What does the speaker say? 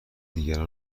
دیگر